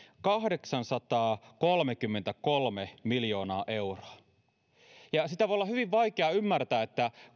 kahdeksansataakolmekymmentäkolme miljoonaa euroa sitä voi olla hyvin vaikea ymmärtää